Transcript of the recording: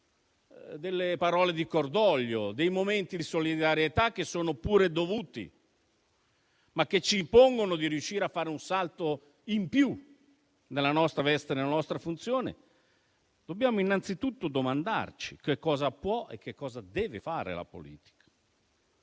delle parole di cordoglio, dei momenti di solidarietà che sono pure dovuti, ma che ci impongono di riuscire a fare un salto in più nella nostra veste e nella nostra funzione, dobbiamo innanzitutto domandarci cosa può e cosa deve fare la politica.